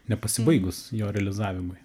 nepasibaigus jo realizavimui